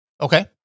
Okay